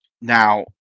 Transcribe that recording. Now